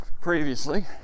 previously